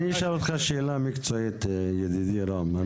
אני אשאל אותך שאלה מקצועית, ידידי רם.